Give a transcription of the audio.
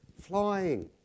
Flying